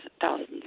thousands